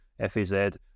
FAZ